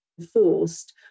enforced